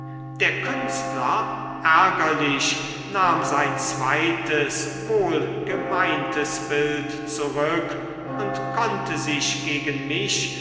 der künstler ärgerlich nahm sein zweites wohlgemeintes bild zurück und konnte sich gegen mich